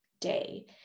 day